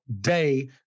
day